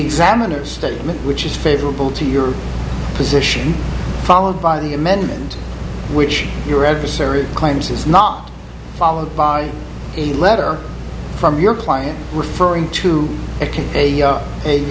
examiners statement which is favorable to your position followed by the amendment which your adversary claims is not followed by a letter from your client referring to